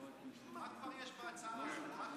מה כבר יש בהצעה הזאת?